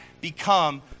become